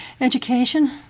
Education